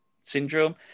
syndrome